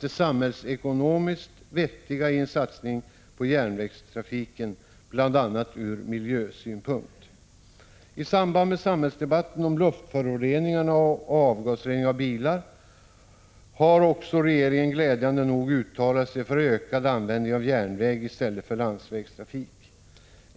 det samhällsekonomiskt vettiga i en satsning på järnvägstrafiken, bl.a. från miljösynpunkt. I samband med samhällsdebatten om luftföroreningarna och avgasreningen av bilar har också regeringen glädjande nog uttalat sig för ökad användning av järnväg i stället för landsvägstrafik.